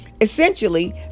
Essentially